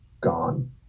gone